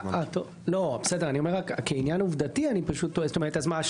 אני אומר רק כעניין עובדתי, אז מה?